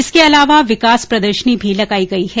इसके अलावा विकास प्रदर्शनी भी लगाई गई है